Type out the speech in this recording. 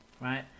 right